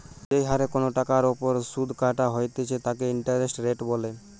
যেই হরে কোনো টাকার ওপর শুধ কাটা হইতেছে তাকে ইন্টারেস্ট রেট বলে